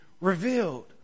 revealed